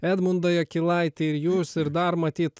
edmundą jakilaitį ir jus ir dar matyt